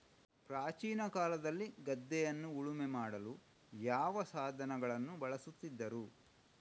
ಪ್ರಾಚೀನ ಕಾಲದಲ್ಲಿ ಗದ್ದೆಯನ್ನು ಉಳುಮೆ ಮಾಡಲು ಯಾವ ಸಾಧನಗಳನ್ನು ಬಳಸುತ್ತಿದ್ದರು?